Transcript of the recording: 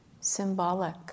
symbolic